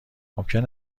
ممکن